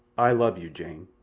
i love you, jane.